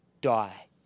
die